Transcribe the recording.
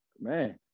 man